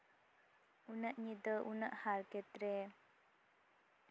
ᱩᱱᱟᱹᱜ ᱧᱤᱫᱟᱹ ᱩᱱᱟᱹᱜ ᱦᱟᱨᱠᱮᱛ ᱨᱮ